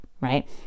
right